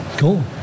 Cool